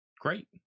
Great